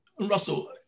Russell